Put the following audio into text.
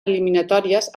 eliminatòries